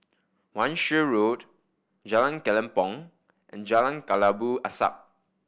Wan Shih Road Jalan Kelempong and Jalan Kelabu Asap